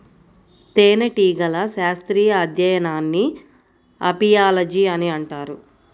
తేనెటీగల శాస్త్రీయ అధ్యయనాన్ని అపియాలజీ అని అంటారు